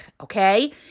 Okay